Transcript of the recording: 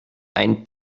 ein